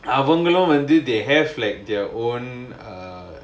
அவங்களே வந்து:avangalae vandhu until they have like their own err